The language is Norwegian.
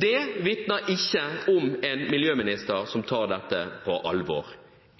Det vitner ikke om en miljøminister som tar dette på alvor.